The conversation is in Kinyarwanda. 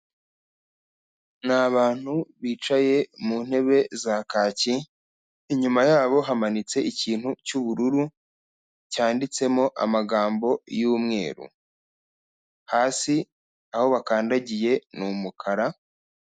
Ni abantu bicaye mu ntebe za kaki, inyuma yabo hamanitse ikintu cyubururu cyanditsemo amagambo yumweru hasi aho bakandagiye ni umukara.